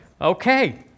Okay